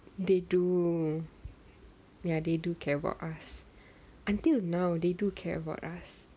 they do ya they do care about us until now they do care about us